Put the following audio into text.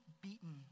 beaten